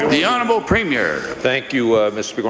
the honourable premier. thank you, mr.